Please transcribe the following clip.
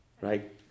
right